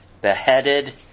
beheaded